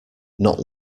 not